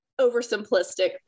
oversimplistic